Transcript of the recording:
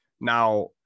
now